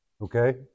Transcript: okay